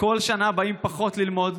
כל שנה באים פחות ללמוד,